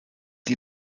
die